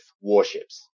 warships